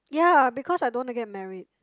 ya because I don't want to get married